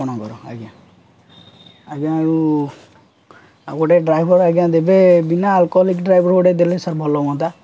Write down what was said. ଆପଣଙ୍କର ଆଜ୍ଞା ଆଜ୍ଞା ଆଉ ଆଉ ଗୋଟେ ଡ୍ରାଇଭର୍ ଆଜ୍ଞା ଦେବେ ବିନା ଆଲକୋଲିକ୍ ଡ୍ରାଇଭର୍ ଗୋଟେ ଦେଲେ ସାର୍ ଭଲ ହୁଅନ୍ତା